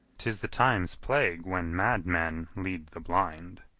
tis the time's plague when madmen lead the blind.